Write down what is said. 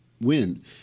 win